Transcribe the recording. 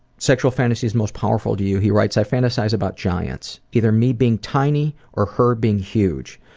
sexual fantasies most powerful to you, he writes i fantasize about giants. either me being tiny or her being huge.